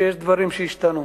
שיש דברים שהשתנו,